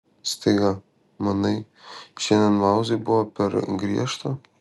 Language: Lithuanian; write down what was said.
staiga manai šiandien mauzai buvau per griežta